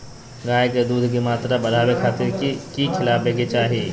गाय में दूध के मात्रा बढ़ावे खातिर कि खिलावे के चाही?